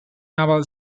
naval